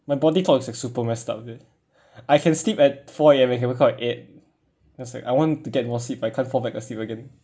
my body clock is like super messed up like that I can sleep at four A_M and can wake up at eight it's like I want to get more sleep but I can't fall back asleep again